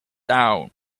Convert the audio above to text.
down